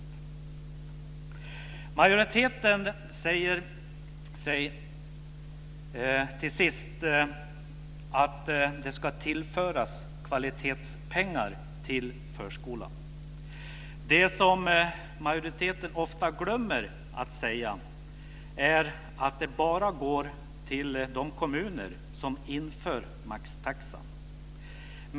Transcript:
Till sist: Majoriteten säger att det ska tillföras kvalitetspengar till förskolan. Det som majoriteten ofta glömmer att säga är att de bara går till de kommuner som inför maxtaxa.